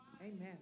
Amen